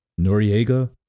Noriega